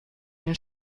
den